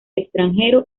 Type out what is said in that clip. extranjero